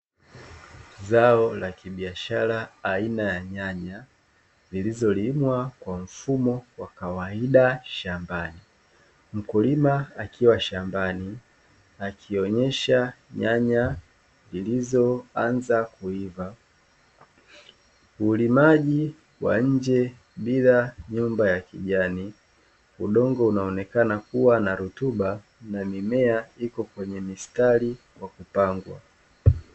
Zao la kibiashara aina ya nyanya zilizolimwa kwa mfumo wa kawaida shambani, mkulima akiwa shambani akionyesha nyanya zilizoanza kuiva ulimaji wa nje bila nyumba ya kijani, udongo unaonekana kuwa na rutuba na mimea iko kwenye mistari kwakupangwa.